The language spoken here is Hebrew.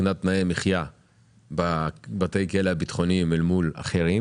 מבחינת תנאי המחיה בבתי הכלא הביטחוניים אל מול האחרים.